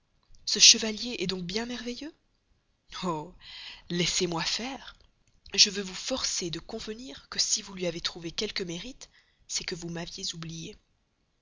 ce chevalier est donc bien merveilleux oh laissez-moi faire je veux vous forcer de convenir que si vous lui avez trouvé quelque mérite c'est que vous m'aviez oublié